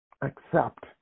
accept